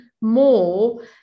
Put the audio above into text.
more